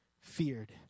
feared